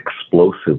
explosive